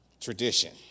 Tradition